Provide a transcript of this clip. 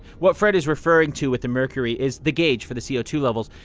what fred is referring to with the mercury is the gauge for the c o two levels.